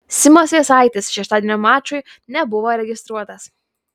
simas jasaitis šeštadienio mačui nebuvo registruotas